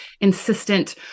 insistent